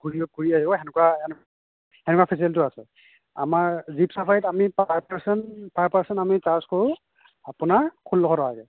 ফুৰি আহিব সেনেকুৱা সেনেকুৱা ফেচেলিটিও আছে আমাৰ জিপ চাফাৰিত আমি পাৰ পাৰ্চন পাৰ পাৰ্চন আমি চাৰ্জ কৰোঁ আপোনাৰ ষোল্লশ টকাকৈ